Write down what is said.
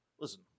Listen